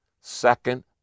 second